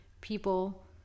people